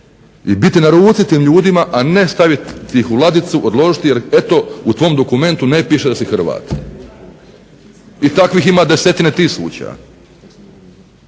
i biti na ruci tim ljudima a ne staviti ih u ladicu, odložiti jer eto u tvom dokumentu ne piše da si Hrvat. I takvih ima desetine tisuća.